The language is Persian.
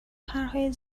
پرهای